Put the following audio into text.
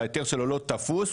ההיתר שלו לא תפוס,